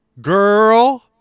Girl